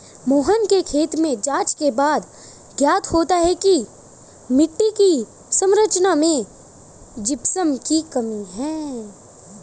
मोहन के खेत में जांच के बाद ज्ञात हुआ की मिट्टी की संरचना में जिप्सम की कमी है